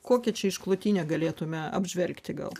kokią čia išklotinę galėtume apžvelgti gal